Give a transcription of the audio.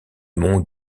monts